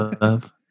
love